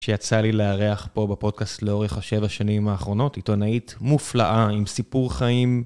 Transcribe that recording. שיצא לי לארח פה בפודקאסט לאורך השבע שנים האחרונות, עיתונאית מופלאה עם סיפור חיים...